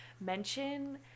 mention